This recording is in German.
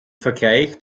vergleich